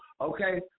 okay